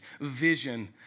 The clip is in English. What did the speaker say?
vision